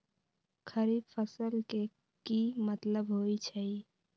खरीफ फसल के की मतलब होइ छइ?